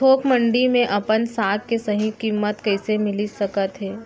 थोक मंडी में अपन साग के सही किम्मत कइसे मिलिस सकत हे?